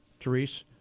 Therese